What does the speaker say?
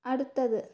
അടുത്തത്